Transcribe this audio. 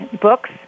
books